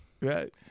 Right